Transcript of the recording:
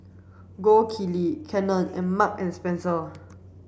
Gold Kili Canon and Marks and Spencer